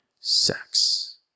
sex